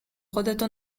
خودتو